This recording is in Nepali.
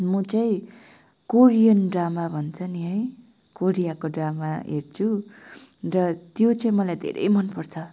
म चाहिँ कोरियन ड्रामा भन्छ नि है कोरियाको ड्रामा हेर्छु र त्यो चाहिँ मलाई धेरै मन पर्छ